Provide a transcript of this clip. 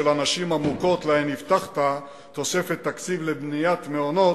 הנשים המוכות שלהן הבטחת תוספת תקציב לבניית מעונות,